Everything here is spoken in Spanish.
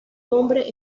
nombre